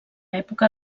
època